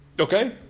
Okay